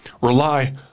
Rely